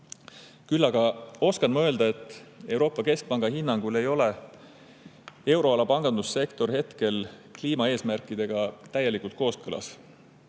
Küll aga oskan ma öelda, et Euroopa Keskpanga hinnangul ei ole euroala pangandussektor hetkel kliimaeesmärkidega täielikult kooskõlas.